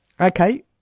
Okay